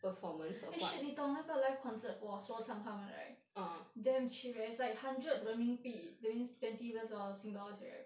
eh shit 你懂那个 live concert 的 for 说唱他们 right damn cheap eh is like hundred 人民币 that means twenty plus sing dollars here